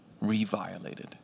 re-violated